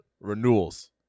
Renewals